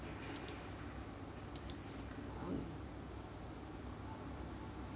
mm